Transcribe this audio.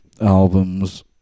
albums